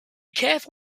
careful